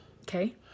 Okay